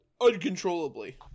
uncontrollably